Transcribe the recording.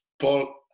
Paul